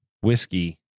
Whiskey